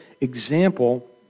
example